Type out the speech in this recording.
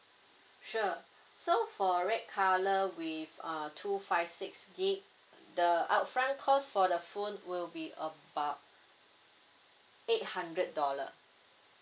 sure so for red colour with uh two five six gb the upfront cost for the phone will be about eight hundred dollar